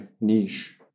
niche